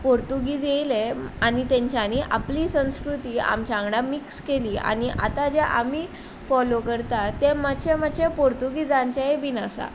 पोर्तुगीज येयले आनी तेंच्यांनी आपली संस्कृती आमच्या वांगडा मिक्स केली आनी आतां जे आमी फोलो करता तें मातशें मातशें पोर्तुगिजांचेंय बीन आसा